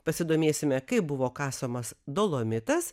pasidomėsime kaip buvo kasamas dolomitas